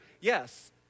yes